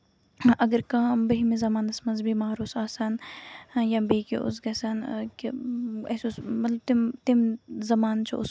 اَگر کانہہ برونہمہِ زَمانَس منٛز بیمار اوس آسان یا بیٚیہِ کیٚنہہ اوس گژھان کہِ مطلب اَسہِ اوس مطلب تٔمۍ زَمانہٕ چھُ اوسمُت